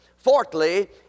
Fourthly